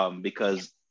because-